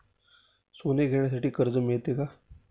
सोने घेण्यासाठी कर्ज मिळते का?